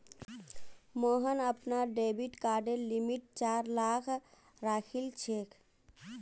मोहन अपनार डेबिट कार्डेर लिमिट चार लाख राखिलछेक